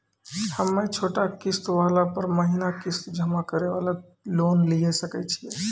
हम्मय छोटा किस्त वाला पर महीना किस्त जमा करे वाला लोन लिये सकय छियै?